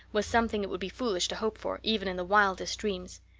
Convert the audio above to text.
was something it would be foolish to hope for even in the wildest dreams.